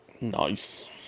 Nice